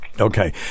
Okay